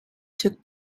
took